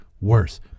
worse